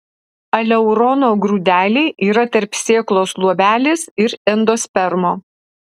aleurono grūdeliai yra tarp sėklos luobelės ir endospermo